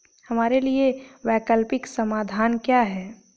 हमारे लिए वैकल्पिक समाधान क्या है?